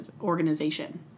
organization